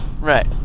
Right